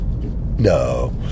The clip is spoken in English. no